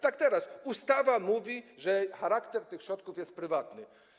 Teraz ustawa mówi, że charakter tych środków jest prywatny.